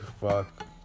fuck